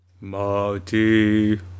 Marty